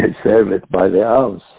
and serve it by the ounce,